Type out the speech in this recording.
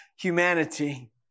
humanity